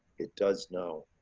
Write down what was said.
it does now.